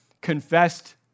confessed